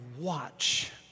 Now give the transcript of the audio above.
watch